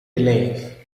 élève